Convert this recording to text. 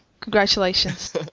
Congratulations